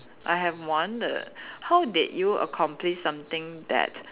I have one the how did you accomplish something that